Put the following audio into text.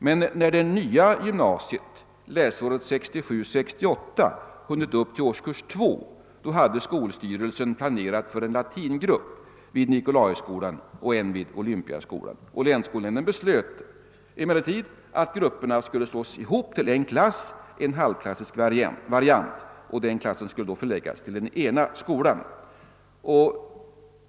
Men när det nya gymnasiet läsåret 1967/68 hunnit upp till årskurs 2 hade skolstyrelsen planerat för en latingrupp vid Nicolaiskolan och en vid Olympiaskolan. Länsskolnämnden beslöt emellertid att grupperna skulle slås ihop till en klass, en halvklassisk variant, och den klassen skulle förläggas till den ena skolan.